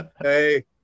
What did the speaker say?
hey